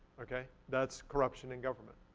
okay? that's corruption in government.